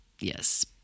Yes